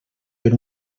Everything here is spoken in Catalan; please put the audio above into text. per